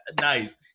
Nice